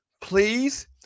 please